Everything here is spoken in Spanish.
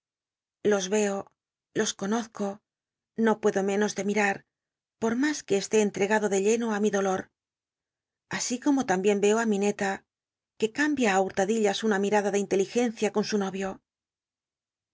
los reo los conozco no puedo menos de mirar por mas que esté entregado de lleno í mi dolor así como tambien reo i lineta que cambia t hurtadillas una mirada de inteligencia con su noio